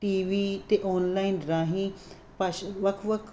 T V ਅਤੇ online ਰਾਹੀਂ ਭਾਸ਼ਾ ਵੱਖ ਵੱਖ